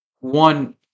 one